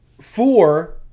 Four